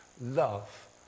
love